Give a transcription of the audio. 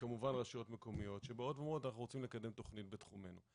וכמובן רשויות מקומיות שבאות ואומרות: אנחנו רוצות לקדם תכנית בתחומנו.